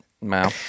No